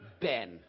Ben